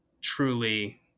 truly